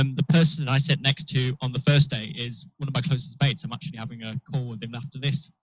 um the person that i sit next to on the first day is one of my closeest mates i'm actually having a call with him after this.